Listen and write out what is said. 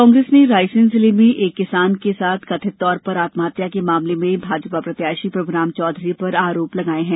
कांग्रेस ने रायसेन जिले में एक किसान के कथित तौर पर आत्महत्या के मामले में भाजपा प्रत्याशी प्रभुराम चौधरी पर आरोप लगाये हैं